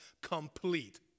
complete